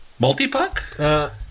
Multipuck